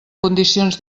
condicions